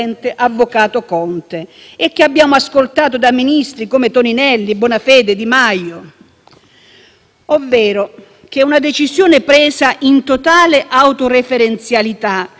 ovvero che una decisione presa in totale autoreferenzialità e abusando del suo ruolo, contravvenendo a precise norme nazionali e internazionali,